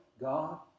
God